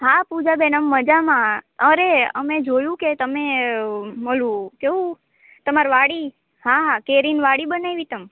હા પૂજાબેન અમે મજામાં અરે અમે જોયું કે તમે ઓલું કેવું તમારે વાડી હા હા કેરીની વાળી બનાવી તમે